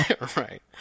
Right